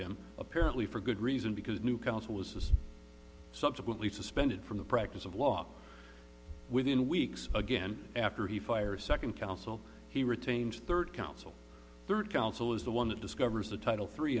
him apparently for good reason because new counsel was subsequently suspended from the practice of law within weeks again after he fired second counsel he retains third counsel third counsel is the one that discovers the title three